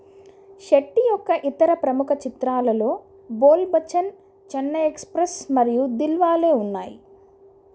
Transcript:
శెట్టి యొక్క ఇతర ప్రముఖ చిత్రాలలో బోల్ బచ్చన్ చెన్నై ఎక్స్ప్రెస్ మరియు దిల్వాలే ఉన్నాయి